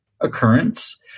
occurrence